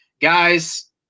guys